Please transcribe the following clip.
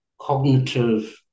cognitive